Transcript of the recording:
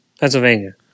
Pennsylvania